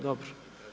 Dobro.